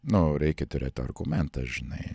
nu reikia turėti argumentą žinai